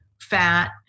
fat